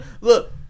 look